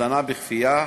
"הזנה בכפייה",